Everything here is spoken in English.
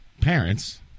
parents